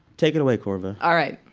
take it away, korva all right.